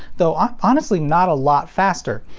though um honestly not a lot faster.